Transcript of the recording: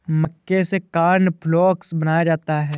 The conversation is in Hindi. मक्के से कॉर्नफ़्लेक्स बनाया जाता है